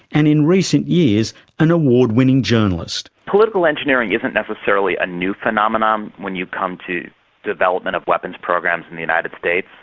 and in recent years an award-winning journalist. political engineering isn't necessarily a new phenomenon when you come to the development of weapons programs in the united states.